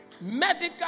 Medical